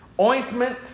ointment